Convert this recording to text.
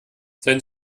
sein